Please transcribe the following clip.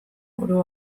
oro